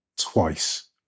twice